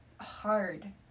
hard